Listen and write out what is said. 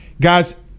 Guys